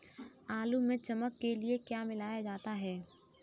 आलू में चमक के लिए क्या मिलाया जाता है?